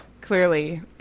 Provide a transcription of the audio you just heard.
clearly